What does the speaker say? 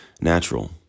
natural